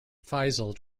faisal